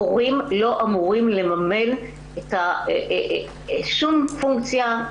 הורים לא אמורים לממן שום פונקציה,